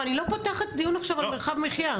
אבל אני לא פותחת דיון עכשיו על מרחב מחיה.